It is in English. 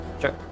sure